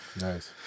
Nice